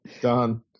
Done